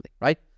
right